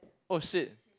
!oh shit!